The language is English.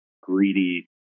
greedy